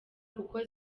kuko